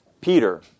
Peter